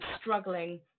struggling